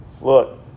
Look